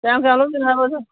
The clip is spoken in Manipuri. ꯀꯌꯥꯝ ꯀꯌꯥꯝ ꯂꯧꯗꯣꯏꯅꯣ ꯍꯥꯏꯔꯣꯁꯦ